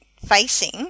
facing